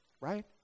right